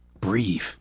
Breathe